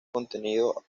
contenido